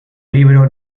libro